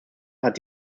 hat